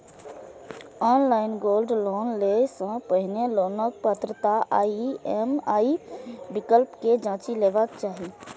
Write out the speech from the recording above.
online gold loan लेबय सं पहिने लोनक पात्रता आ ई.एम.आई विकल्प कें जांचि लेबाक चाही